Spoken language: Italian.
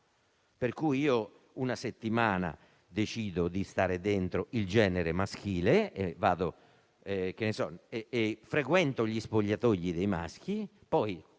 per cui io una settimana decido di stare dentro il genere maschile e frequento gli spogliatoi dei maschi, poi,